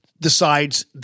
decides